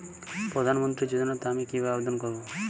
প্রধান মন্ত্রী যোজনাতে আমি কিভাবে আবেদন করবো?